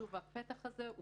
שוב, הפתח הזה הוא